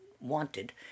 wanted